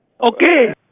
Okay